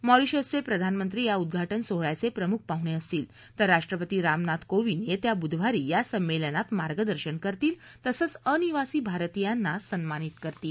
मॉरिशसचे प्रधानमंत्री या उदघाति सोहळ्याचे प्रमुख पाहुणे असतील तर राष्ट्रपती रामनाथ कोविंद येत्या बुधवारी या संमेलनात मार्गदर्शन करतील तसंच अनिवासी भारतीयांना सन्मानित करतील